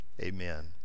amen